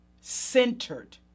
centered